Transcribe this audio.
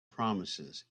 promises